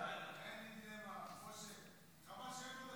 מחיקת רישומים פליליים ומשטרתיים של יוצאי אתיופיה,